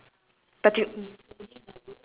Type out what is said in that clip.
so that means at your saw you have two guys